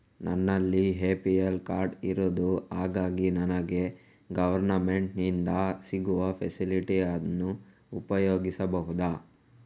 ನನ್ನಲ್ಲಿ APL card ಇರುದು ಹಾಗಾಗಿ ನನಗೆ ಗವರ್ನಮೆಂಟ್ ಇಂದ ಸಿಗುವ ಫೆಸಿಲಿಟಿ ಅನ್ನು ಉಪಯೋಗಿಸಬಹುದಾ?